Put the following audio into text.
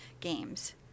games